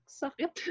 sakit